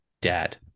Dad